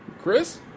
Chris